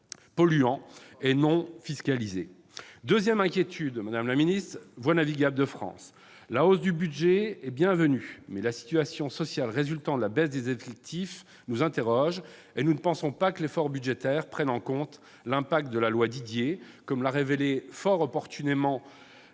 polluants non fiscalisés. Notre deuxième inquiétude concerne Voies navigables de France. La hausse de son budget est bienvenue, mais la situation sociale résultant de la baisse des effectifs nous interroge. Nous ne pensons pas que l'effort budgétaire prenne en compte l'effet de la loi Didier, comme l'a révélé fort opportunément